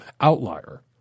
outlier